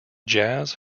jazz